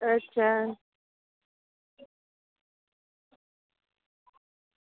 અચ્છા